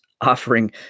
offering